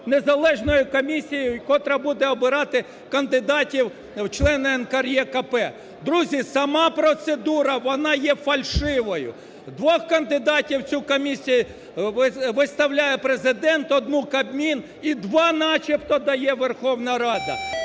незалежної комісії, котра буде обирати кандидатів в члени НКРЕКП. Друзі, сама процедура, вона є фальшивою. Двох кандидатів в цю комісію виставляє Президент, одну – Кабмін і два начебто дає Верховна Рада.